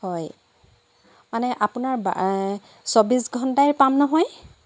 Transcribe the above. হয় মানে আপোনাৰ চৌবিছ ঘন্টাই পাম নহয়